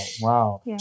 Wow